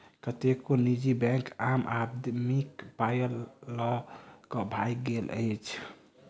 कतेको निजी बैंक आम आदमीक पाइ ल क भागि गेल अछि